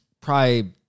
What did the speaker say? probably-